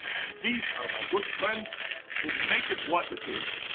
and these are my good friends who make it what it is.